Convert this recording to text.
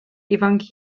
ifanc